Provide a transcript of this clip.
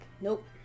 Nope